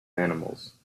animals